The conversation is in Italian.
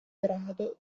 grado